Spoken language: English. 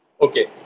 Okay